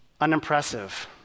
Unimpressive